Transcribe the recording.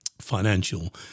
financial